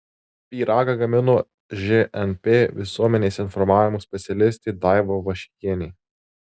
pyragą gamino žnp visuomenės informavimo specialistė daiva vaškienė